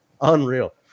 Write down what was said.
Unreal